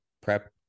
prep